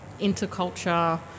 interculture